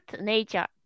nature